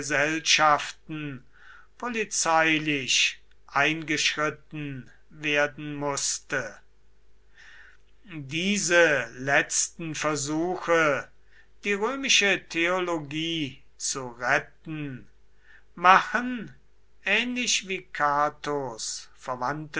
gesellschaften polizeilich eingeschritten werden mußte diese letzten versuche die römische theologie zu retten machen ähnlich wie catos verwandte